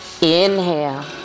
inhale